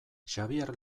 xabier